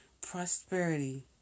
prosperity